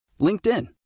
LinkedIn